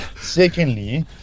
secondly